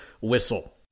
whistle